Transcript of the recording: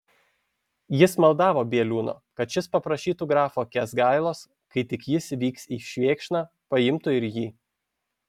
jis maldavo bieliūno kad šis paprašytų grafo kęsgailos kai tik jis vyks į švėkšną paimtų ir jį